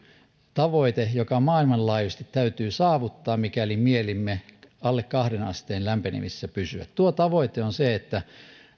tavoite joka maailmanlaajuisesti täytyy saavuttaa mikäli mielimme alle kahden asteen lämpenemisessä pysyä tuo tavoite on se että